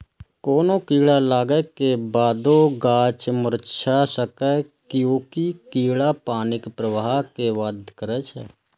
कोनो कीड़ा लागै के बादो गाछ मुरझा सकैए, कियैकि कीड़ा पानिक प्रवाह कें बाधित करै छै